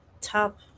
top